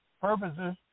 purposes